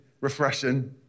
Refreshing